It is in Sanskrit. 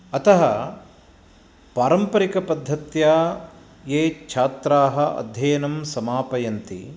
अतः पारम्परिकपद्धत्या ये छात्राः अध्ययनं समापयन्ति